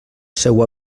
seua